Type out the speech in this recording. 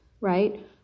right